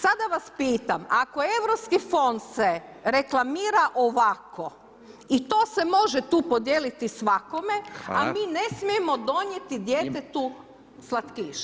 Sada vas pitam, ako Europski fond se reklamira ovako i to se može tu podijeliti svakome a mi ne smijemo donijeti djetetu slatkiš.